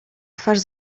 twarz